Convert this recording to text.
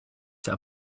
set